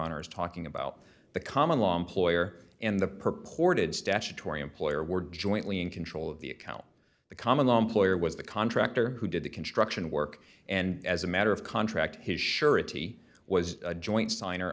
honor is talking about the common law employer and the purported statutory employer were jointly in control of the account the common lump lawyer was the contractor who did the construction work and as a matter of contract his surety was a joint sign